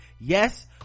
yes